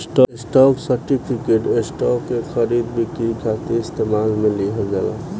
stock certificate, stock के खरीद बिक्री खातिर इस्तेमाल में लिहल जाला